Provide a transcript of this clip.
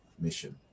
Mission